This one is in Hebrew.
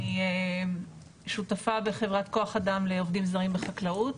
אני שותפה בחברת כוח אדם לעובדים זרים בחקלאות,